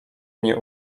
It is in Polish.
nie